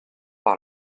par